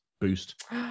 boost